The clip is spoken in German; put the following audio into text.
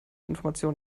information